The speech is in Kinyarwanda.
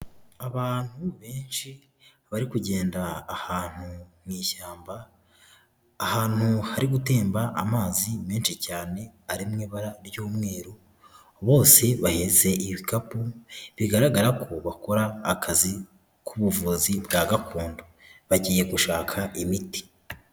Abantu benshi bari kugenda ahantu mu ishyamba, ahantu hari gutemba amazi menshi cyane ari mu ibara ry'umweru, bose bahetse ibikapu bigaragara ko bakora akazi k'ubuvuzi bwa gakondo, bagiye gushaka imiti.